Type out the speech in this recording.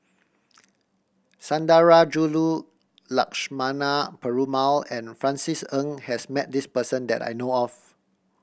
Sundarajulu Lakshmana Perumal and Francis Ng has met this person that I know of